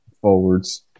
Forwards